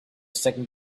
second